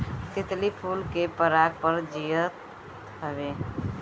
तितली फूल के पराग पर जियत हवे